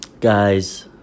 Guys